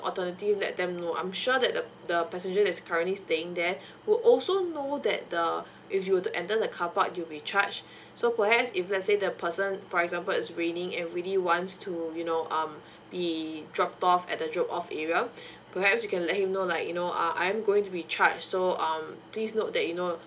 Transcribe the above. alternative let them know I'm sure that the the passenger that's currently staying there would also know that the if you were to enter the carpark you'll be charged so perhaps if let's say the person for example it's raining and really wants to you know um be dropped off at the drop off area perhaps you can let him know like you know uh I am going to be charged so um please note that you know